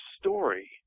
story